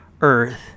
Earth